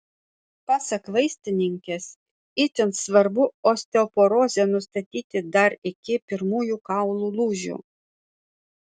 pasak vaistininkės itin svarbu osteoporozę nustatyti dar iki pirmųjų kaulų lūžių